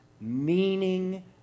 meaning